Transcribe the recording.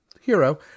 hero